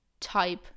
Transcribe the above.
type